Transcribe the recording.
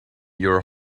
your